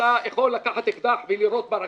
אתה יכול לקחת אקדח ולירות ברקה,